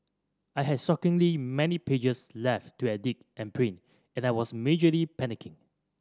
I had shockingly many pages left to edit and print and I was majorly panicking